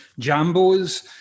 Jambos